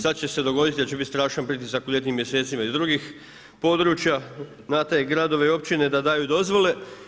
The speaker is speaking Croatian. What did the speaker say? Sad će se dogoditi da će biti strašan pritisak u ljetnim mjesecima iz drugih područja na te gradove i općine da daju dozvole.